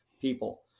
people